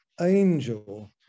angel